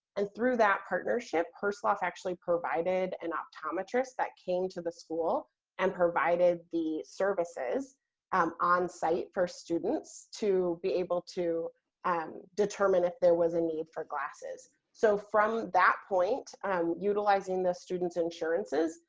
and through that partnership, herslof actually provided an optometrist that came to the school and provided the services um on-site for students to be able to um determine if there was a need for glasses. so, from that point utilizing the students' insurances,